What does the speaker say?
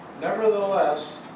Nevertheless